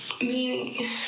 Meaning